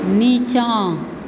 नीचाँ